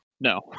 No